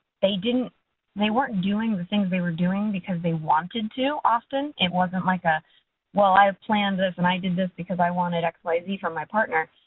they didn't they weren't doing the things they were doing because they wanted to, often. it wasn't, like, a well, i have planned this and i did this because i wanted x, y, z from my partner.